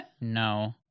No